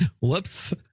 Whoops